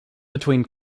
between